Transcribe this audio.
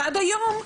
ועד היום,